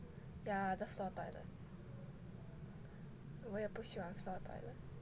yeah the floor toilet 我也不喜欢 floor toilet